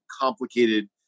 complicated